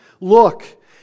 look